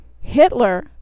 Hitler